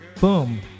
Boom